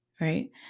right